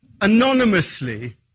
anonymously